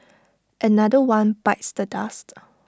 another one bites the dust